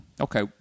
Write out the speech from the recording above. okay